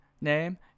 name